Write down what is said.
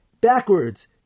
backwards